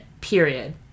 period